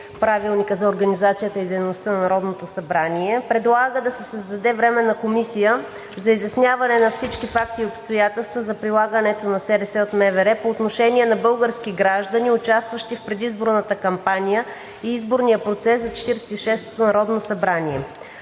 Правилника за организацията и дейността на Народното събрание предлага да се създаде Временна комисия за изясняване на всички факти и обстоятелства за прилагането на СРС от МВР по отношение на български граждани, участващи в предизборната кампания и изборния процес за 46-ото народно събрание.